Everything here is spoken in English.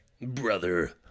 brother